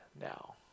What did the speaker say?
now